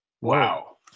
wow